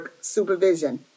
supervision